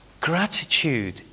Gratitude